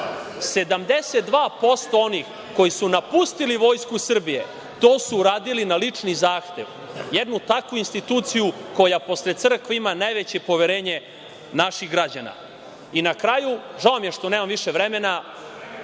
72% onih koji su napustili Vojsku Srbije, to su uradili na lični zahtev. Jednu takvu instituciju koja posle crkve ima najveće poverenje naših građana.I na kraju, žao mi je što nemam više vremena,